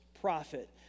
prophet